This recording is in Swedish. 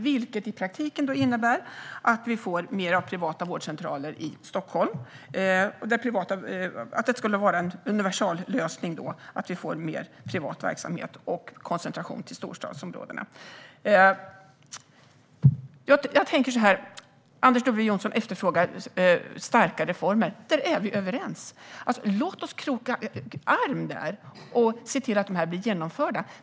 Det betyder i praktiken att det blir fler privata vårdcentraler i Stockholm och koncentration till storstadsområdena, vilket skulle vara en universallösning. Anders W Jonsson efterfrågar starka reformer. Där är vi överens. Låt oss kroka arm och se till att detta blir genomfört.